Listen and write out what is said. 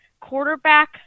quarterback